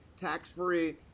tax-free